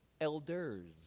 elders